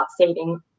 saving